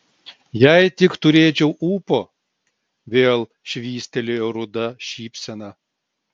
jei tik turėčiau ūpo vėl švystelėjo ruda šypsena